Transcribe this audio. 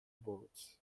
boats